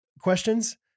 questions